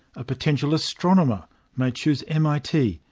a potential astronomer may choose mit,